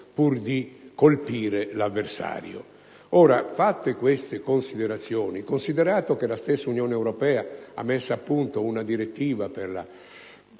pur di colpire l'avversario. Fatte queste osservazioni, considerato che la stessa Unione europea ha messo a punto una direttiva per